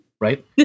right